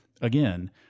again